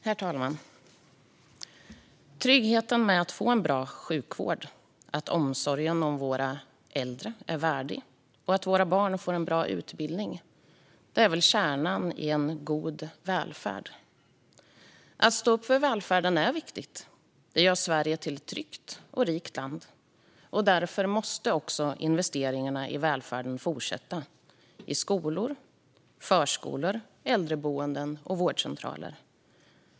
Herr talman! Tryggheten att få en bra sjukvård, att omsorgen om våra äldre är värdig och att våra barn får en bra utbildning är väl kärnan i en god välfärd. Att stå upp för välfärden är viktigt. Det gör Sverige till ett tryggt och rikt land. Därför måste också investeringarna i välfärden fortsätta i förskolor, i skolor, i äldreboenden och på vårdcentraler.